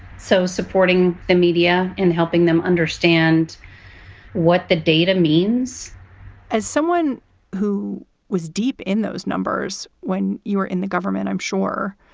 so supporting the media and helping them understand what the data means as someone who was deep in those numbers when you were in the government, i'm sure,